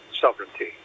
sovereignty